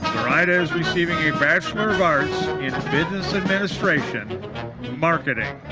zoraida is receiving a bachelor of arts in business administration marketing.